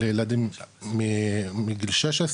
לילדים מגיל 16,